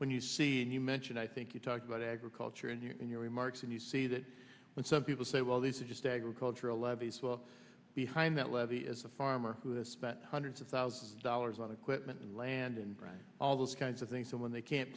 when you see and you mentioned i think you talked about agriculture in your in your remarks and you see that when some people say well these are just agricultural levies well find that levy is a farmer who has spent hundreds of thousands of dollars on equipment land and all those kinds of things so when they can't